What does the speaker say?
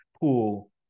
pool